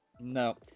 No